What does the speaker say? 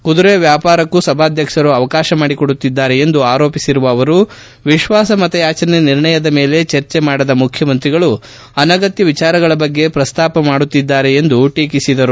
ಕುದುರೆ ವ್ಯಾಪಾರಕ್ಕೂ ಸಭಾಧ್ಯಕ್ಷರು ಅವಕಾಶ ಮಾಡಿಕೊಡುತ್ತಿದ್ದಾರೆ ಎಂದು ಆರೋಪಿಸಿರುವ ಅವರು ವಿಶ್ವಾಸ ಮತಯಾಚನೆ ನಿರ್ಣಯದ ಮೇಲೆ ಚರ್ಜೆ ಮಾಡದ ಮುಖ್ಯಮಂತ್ರಿಗಳು ಅನಗತ್ತ ವಿಚಾರಗಳ ಬಗ್ಗೆ ಪ್ರಸ್ತಾಪ ಮಾಡುತ್ತಿದ್ದಾರೆ ಎಂದು ಟೀಕಿಸಿದ್ದಾರೆ